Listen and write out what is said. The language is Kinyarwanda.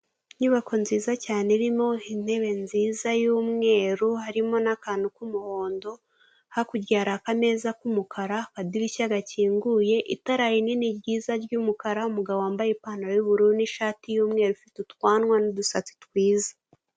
Inyubako nziza cyane irimo intebe nziza y'umweru harimo n'akantu k'umuhondo, hakurya hari akameza k'umukara, akadirishya gakinguye, itara rinini ryiza ry'umukara, umugabo wambaye ipantaro y'ubururu n'ishati y'umweru ufite utwanwa n'udusatsi twiza.